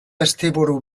asteburu